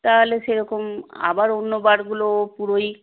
তাহলে সেরকম আবার অন্য বারগুলো ও পুরোই